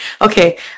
okay